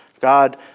God